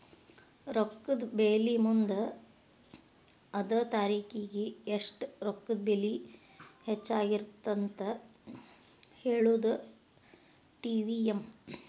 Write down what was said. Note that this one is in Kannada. ರೊಕ್ಕದ ಬೆಲಿ ಮುಂದ ಅದ ತಾರಿಖಿಗಿ ಎಷ್ಟ ರೊಕ್ಕದ ಬೆಲಿ ಹೆಚ್ಚಾಗಿರತ್ತಂತ ಹೇಳುದಾ ಟಿ.ವಿ.ಎಂ